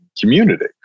community